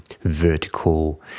vertical